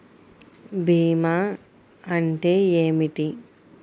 భీమా అంటే ఏమిటి?